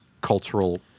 cultural